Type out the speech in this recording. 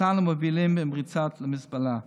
אותנו מובילים במריצות למזבלה.